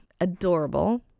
adorable